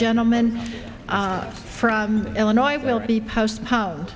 gentleman from illinois will be postpone